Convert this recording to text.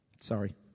Sorry